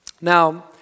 Now